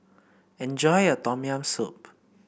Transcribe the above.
enjoy your Tom Yam Soup